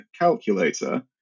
calculator